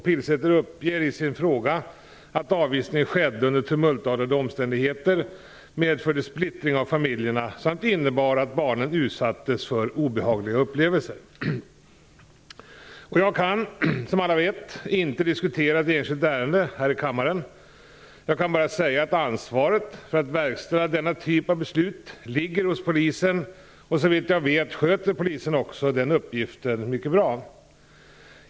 Pilsäter uppger i sin fråga att avvisningen skedde under tumultartade omständigheter, medförde splittring av familjerna samt innebar att barnen utsattes för obehagliga upplevelser. Jag kan, som alla vet, inte diskutera ett enskilt ärende här i kammaren. Jag kan bara säga att ansvaret för att verkställa denna typ av beslut ligger hos polisen, och såvitt jag vet sköter polisen också den uppgiften mycket bra.